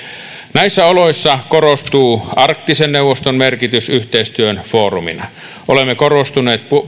näissä oloissa korostuu arktisen neuvoston merkitys yhteistyön foorumina olemme korostaneet